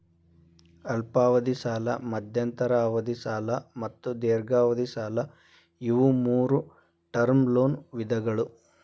ಅಲ್ಪಾವಧಿ ಸಾಲ ಮಧ್ಯಂತರ ಅವಧಿ ಸಾಲ ಮತ್ತು ದೇರ್ಘಾವಧಿ ಸಾಲ ಇವು ಮೂರೂ ಟರ್ಮ್ ಲೋನ್ ವಿಧಗಳ